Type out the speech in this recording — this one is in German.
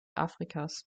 afrikas